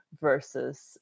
versus